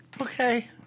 Okay